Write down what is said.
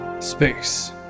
space